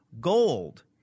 Gold